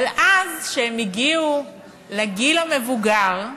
אבל אז, כשהם הגיעו לגיל המבוגר,